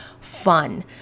fun